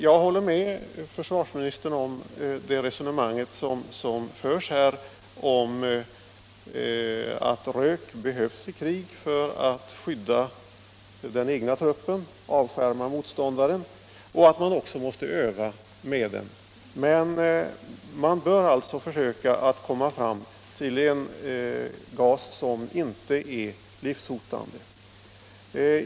Jag håller med försvarsministern om att rök behövs i krig för att skydda den egna truppen och avskärma motståndaren och att man också måste öva med den. Men man bör försöka få fram en gas som inte är livshotande.